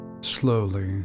Slowly